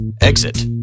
exit